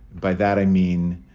by that, i mean,